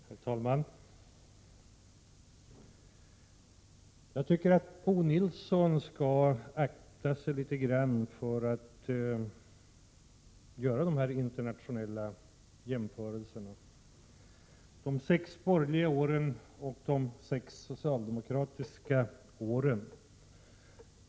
Herr talman! Jag tycker att Bo Nilsson skall akta sig litet grand för att göra dessa internationella jämförelser med de sex borgerliga åren och de sex socialdemokratiska åren.